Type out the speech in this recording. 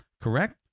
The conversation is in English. correct